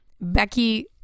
Becky